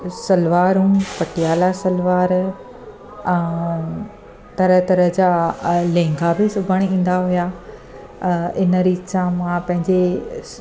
सलवारूं पटियाला सलवारु तरह तरह जा लहंगा बि सिबणु ईंदा हुआ इन रीति सां मां पंहिंजे स